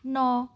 ਨੌਂ